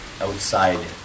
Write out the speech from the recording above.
outside